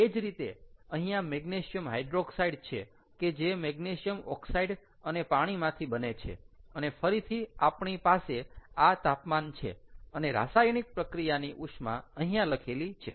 એ જ રીતે અહીંયા મેગ્નેશિયમ હાઈડ્રોક્સાઈડ છે કે જે મેગ્નેશિયમ ઓકસાઇડ અને પાણીમાંથી બને છે અને ફરીથી આપણી પાસે આ તાપમાન છે અને રાસાયણિક પ્રક્રિયાની ઉષ્મા અહીંયા લખેલી છે